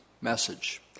message